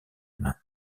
mains